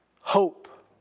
Hope